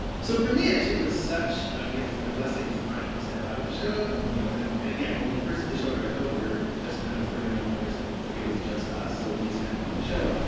so for me, actually, it was such a gift and a blessing to finally step out of the show. and you know and and yeah when we first did the show at ars nova we were just ten of us. there were no understudies. like it was just us. so we just had to do the show.